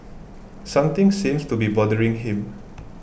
something seems to be bothering him